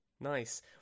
Nice